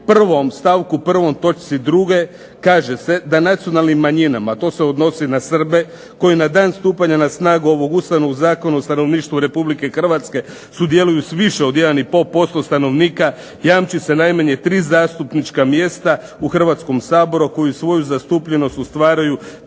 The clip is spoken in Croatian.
1. stavku prvom točke druge kaže se da nacionalnim manjinama, a to se odnosi na Srbe koji na dan stupanja na snagu ovog Ustavnog zakona o stanovništvu Republike Hrvatske sudjeluju s više od 1 i pol posto stanovnika jamči se najmanje tri zastupnička mjesta u Hrvatskom saboru, a koji svoju zastupljenost ostvaruju